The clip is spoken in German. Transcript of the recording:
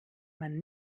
man